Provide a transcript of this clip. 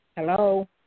Hello